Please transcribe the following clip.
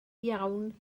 iawn